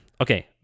Okay